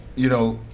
you know